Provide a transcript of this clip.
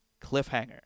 Cliffhanger